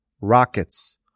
rockets